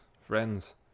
Friends